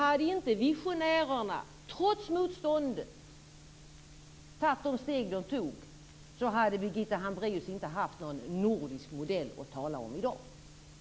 Om inte visionärerna, trots motståndet, hade tagit de steg de tog hade Birgitta Hambraeus inte haft någon nordisk modell att tala om i dag.